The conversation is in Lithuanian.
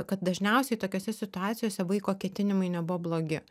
kad dažniausiai tokiose situacijose vaiko ketinimai nebuvo blogi